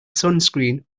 sunscreen